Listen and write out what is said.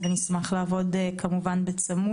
נשמח לעבוד בצמוד.